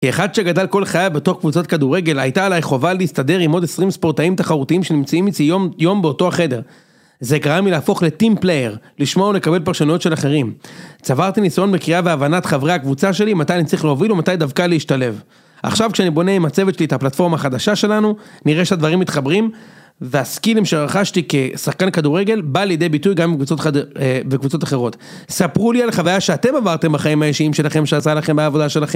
כאחד שגדל כל חיי בתוך קבוצות כדורגל, הייתה עליי חובה להסתדר עם עוד 20 ספורטאים תחרותיים שנמצאים אצלי יום יום באותו החדר. זה גרם לי להפוך לטים פלייר, לשמוע ולקבל פרשנויות של אחרים. צברתי ניסיון בקריאה והבנת חברי הקבוצה שלי, מתי אני צריך להוביל ומתי דווקא להשתלב. עכשיו כשאני בונה עם הצוות שלי את הפלטפורמה החדשה שלנו, נראה שהדברים מתחברים, והסקילים שרכשתי כשחקן כדורגל בא לידי ביטוי גם בקבוצות אחרות. ספרו לי על החוויה שאתם עברתם בחיים האישיים שלכם, שעשה לכם העבודה שלכם.